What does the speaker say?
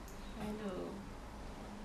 I went to